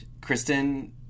Kristen